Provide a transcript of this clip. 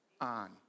on